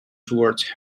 towards